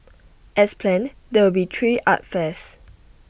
as planned there will be three art fairs